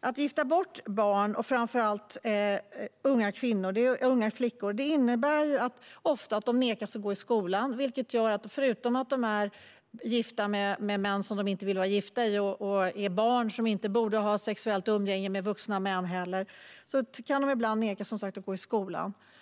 Att gifta bort barn och framför allt unga flickor innebär ofta att de nekas att gå i skolan. Förutom att de är gifta med män som de inte vill vara gifta med - de är barn som inte borde ha sexuellt umgänge med vuxna män - nekas de ibland att gå i skolan.